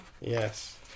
yes